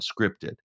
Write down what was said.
scripted